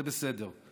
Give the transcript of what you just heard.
זה בסדר.